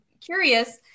curious